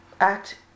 act